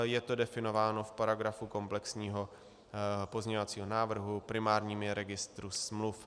Je to definováno v paragrafu komplexního pozměňovacího návrhu, primárním je Registr smluv.